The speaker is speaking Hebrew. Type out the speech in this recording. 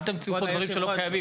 אל תמציאו פה דברים שלא קיימים.